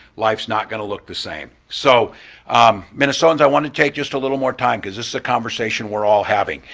life's not going to look the same. so minnesotans i want to take just a little more time because this is a conversation we're all having.